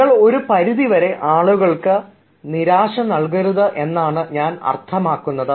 നിങ്ങൾ ഒരു പരിധിവരെ ആളുകൾക്ക് നിരാശ നൽകരുത് എന്നാണ് ഞാൻ അർത്ഥമാക്കുന്നത്